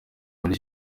muri